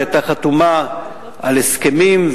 שהיתה חתומה על הסכמים,